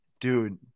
Dude